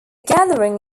gathering